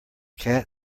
cat